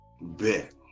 Bet